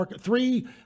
three